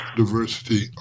diversity